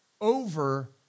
over